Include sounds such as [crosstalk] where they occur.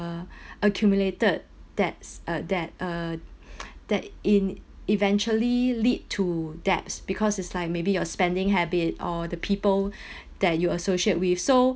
~(uh) accumulated debts uh that uh [breath] [noise] that in eventually lead to debts because it's like maybe your spending habits or the people [breath] that you associate with so